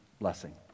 blessing